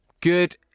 Good